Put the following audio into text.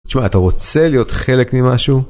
תשמע אתה רוצה להיות חלק ממשהו?